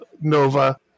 Nova